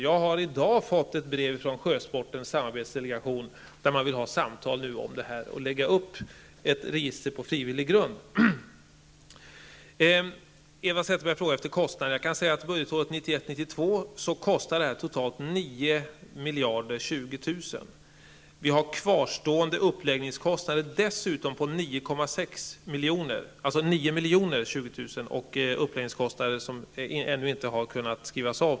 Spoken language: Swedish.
Jag har i dag fått ett brev från sjösportens samarbetsdelegation där det sägs att man vill föra samtal om att lägga upp ett register på frivillig grund. Eva Zetterberg frågade efter kostnaden. Jag kan säga att budgetåret 1991/92 kostar båtregistret totalt 9 020 000 kr. Vi har dessutom kvarstående uppläggningskostnader på 9,6 milj.kr., som ännu inte har kunnat skrivas av.